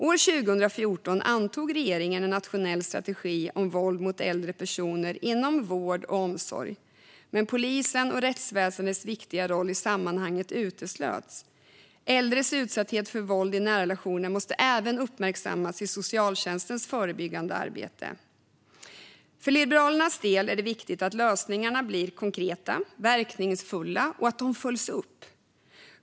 År 2014 antog regeringen en nationell strategi om våld mot äldre personer inom vård och omsorg, men polisens och rättsväsendets viktiga roll i sammanhanget uteslöts. Äldres utsatthet för våld i nära relationer måste även uppmärksammas i socialtjänstens förebyggande arbete. För Liberalernas del är det viktigt att lösningarna blir konkreta och verkningsfulla och att de följs upp.